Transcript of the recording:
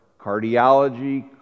cardiology